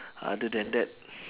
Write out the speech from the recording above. other than that